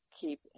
keep